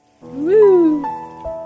Woo